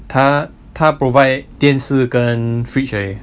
他他 provide 电视跟 fridge 而已